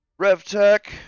RevTech